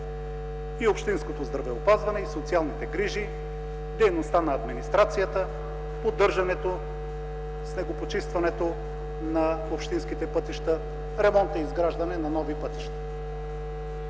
общинското здравеопазване, социалните грижи, дейността на администрацията, поддържането, снегопочистването на общинските пътища, ремонтът и изграждането на нови пътища.